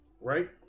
Right